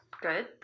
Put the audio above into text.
good